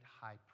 high